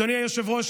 אדוני היושב-ראש,